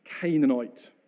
Canaanite